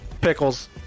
Pickles